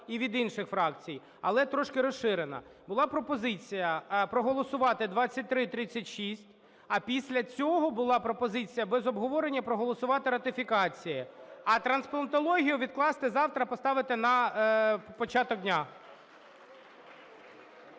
і від інших фракцій, але трошки розширена. Була пропозиція проголосувати 2336, а після цього була пропозиція без обговорення проголосувати ратифікації. А трансплантологію відкласти, завтра поставити на початок дня.